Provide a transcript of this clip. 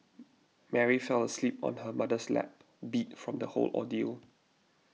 Mary fell asleep on her mother's lap beat from the whole ordeal